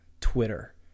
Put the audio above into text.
Twitter